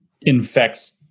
infects